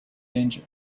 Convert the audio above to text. danger